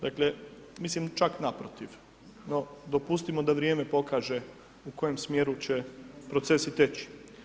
Dakle, mislim čak naprotiv, no dopustimo da vrijeme pokaže u kojem smjeru će procesi teći.